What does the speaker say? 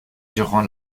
durant